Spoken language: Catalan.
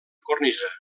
cornisa